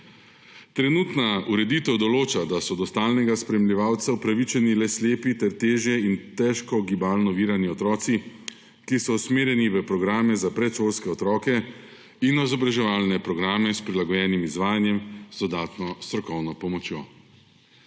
Trenutna ureditev določa, da so do stalnega spremljevalca upravičeni le slepi ter težje in težko gibalno ovirani otroci, ki so umerjeni v programe za predšolske otroke in na izobraževalne programe s prilagojenim izvajanjem z dodatno strokovno pomočjo.